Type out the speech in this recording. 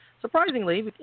Surprisingly